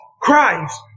Christ